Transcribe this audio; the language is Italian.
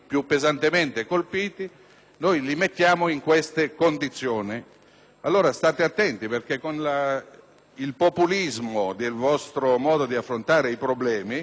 crisi. State attenti con il populismo e con il vostro modo di affrontare i problemi. Questi sono cittadini italiani, nel mio modo di vedere le cose;